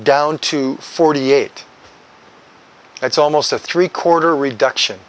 down to forty eight that's almost a three quarter reduction